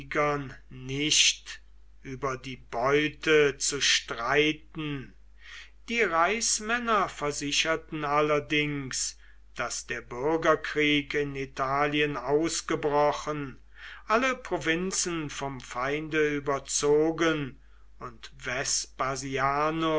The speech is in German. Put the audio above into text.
nicht über die beute zu streiten die reichsmänner versicherten allerdings daß der bürgerkrieg in italien ausgebrochen alle provinzen vom feinde überzogen und